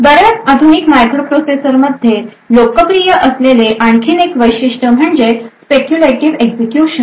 बर्याच आधुनिक मायक्रोप्रोसेसरमध्ये लोकप्रिय असलेले आणखी एक वैशिष्ट्य म्हणजे स्पेक्युलेटीव एक्झिक्युशन